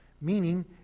Meaning